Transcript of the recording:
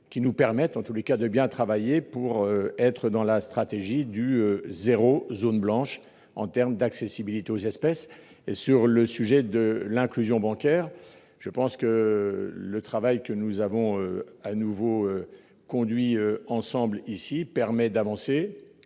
qui nous permettent en tous les cas, de bien travailler pour être dans la stratégie du zéro zones blanche en terme d'accessibilité aux espèces et sur le sujet de l'inclusion bancaire. Je pense que le travail que nous avons à nouveau conduit ensemble ici permet d'avancer